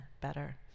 better